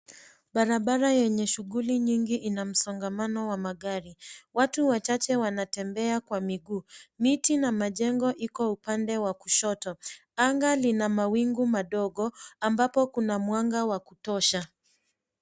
Barabara yenye shughuli nyingi ina msongamano wa magari. Watu wachache wanatembea kwa miguu. Miti na majengo iko upande wa kushoto. Anga lina mawingu madogo ambapo kuna mwanga wa kutosha.